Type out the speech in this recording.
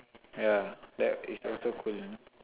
ya that is also cool ah